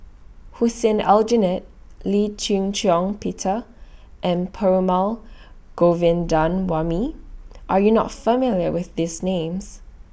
Hussein Aljunied Lee Shih Shiong Peter and Perumal Govindaswamy Are YOU not familiar with These Names